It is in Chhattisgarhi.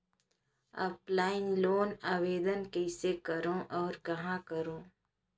ऑफलाइन लोन आवेदन कइसे करो और कहाँ करो?